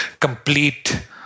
complete